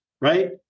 right